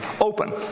open